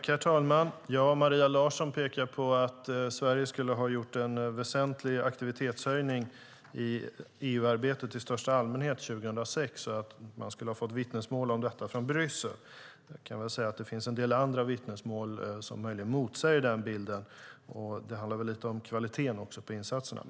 Herr talman! Maria Larsson pekar på att Sverige skulle ha gjort en väsentlig aktivitetshöjning i EU-arbetet i största allmänhet 2006 och att man skulle ha fått vittnesmål om detta från Bryssel. Jag kan väl säga att det finns en del andra vittnesmål som möjligen motsäger den bilden. Det handlar väl också lite om kvaliteten på insatserna.